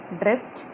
drift